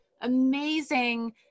amazing